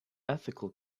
ethical